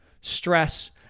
stress